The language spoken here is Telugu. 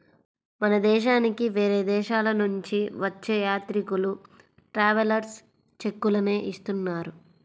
మన దేశానికి వేరే దేశాలనుంచి వచ్చే యాత్రికులు ట్రావెలర్స్ చెక్కులనే ఇస్తున్నారు